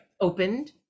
opened